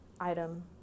item